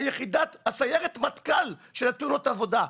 הסיירת מטכ"ל של תאונות העבודה,